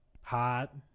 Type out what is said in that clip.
hot